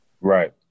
Right